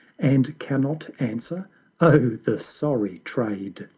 and cannot answer oh the sorry trade!